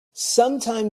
sometime